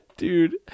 Dude